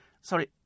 sorry